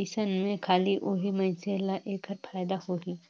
अइसन में खाली ओही मइनसे ल ऐखर फायदा होही